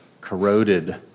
corroded